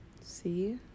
See